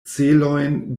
celojn